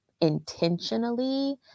intentionally